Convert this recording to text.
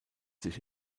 sich